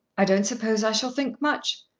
i don't suppose i shall think much.